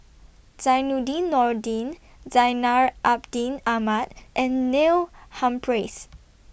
Zainudin Nordin Zainal Abidin Ahmad and Neil Humphreys